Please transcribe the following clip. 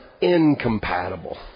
Incompatible